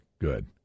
good